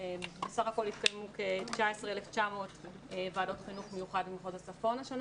בשנה הקודמת בסך הכול התקיימו כ-19,900 ועדות חינוך מיוחד במחוז הצפון.